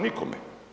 Nikome.